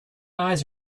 eyes